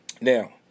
now